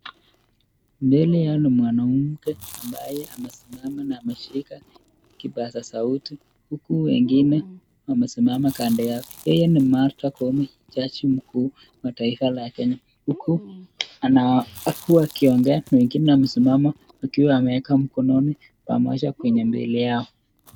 Mbele yao ni mwanamke ambaye amesimama na ameshika kipaza sauti huku wengine wamesimama kando yao. Yeye ni Martha Koome, Jaji Mkuu wa taifa la Kenya. Huku anakuwa akiongea wengine wamesimama wakiwa wameweka mikononi pamoja kwenye mbele yao.